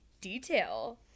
detail